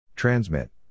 Transmit